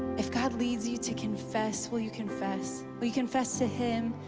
if god leads you to confess, will you confess? we confess to him,